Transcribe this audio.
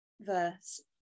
verse